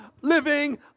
living